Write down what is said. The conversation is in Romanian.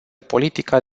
politica